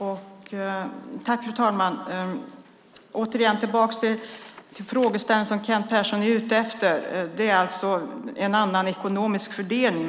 Fru talman! Jag ska gå tillbaka till Kent Perssons frågeställning. Det som han är ute efter är alltså en annan ekonomisk fördelning.